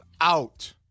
out